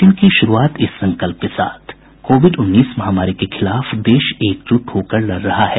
bulletin की शुरूआत इस संकल्प के साथ कोविड उन्नीस महामारी के खिलाफ देश एकजुट होकर लड़ रहा है